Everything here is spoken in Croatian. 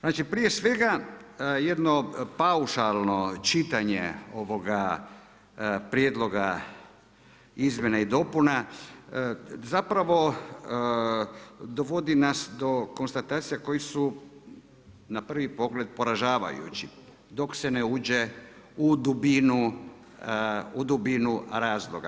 Znači prije svega jedno paušalno čitanje ovoga prijedloga izmjena i dopuna zapravo dovodi nas do konstatacija koje su na prvi pogled poražavajući dok se ne uđe u dubinu razloga.